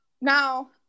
Now